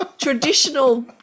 traditional